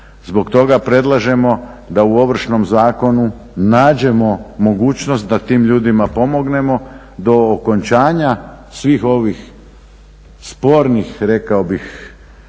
Zbog toga predlažemo da u Ovršnom zakonu nađemo mogućnost da tim ljudima pomognemo do okončanja svih ovih spornih rekao bih